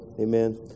Amen